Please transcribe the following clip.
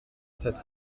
cette